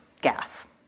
gas